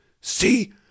See